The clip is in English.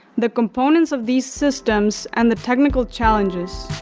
the components of these systems and the technical challenges.